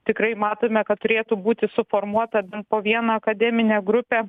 tikrai matome kad turėtų būti suformuota po vieną akademinę grupę